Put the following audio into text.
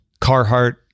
Carhartt